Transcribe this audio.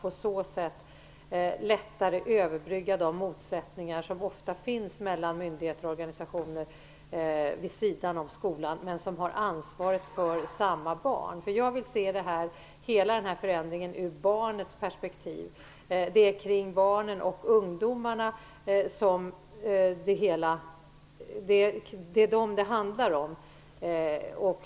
På så sätt överbryggs lättare de motsättningar som ofta finns mellan de myndigheter och de organisationer vid sidan av skolan som har ansvar för samma barn. Jag vill se hela denna förändring ur barnens perspektiv. Det är barnen och ungdomarna som det hela handlar om.